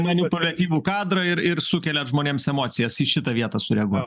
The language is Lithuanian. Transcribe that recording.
manipuliatyvų kadrą ir ir sukeliat žmonėms emocijas į šitą vietą sureaguo